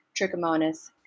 trichomonas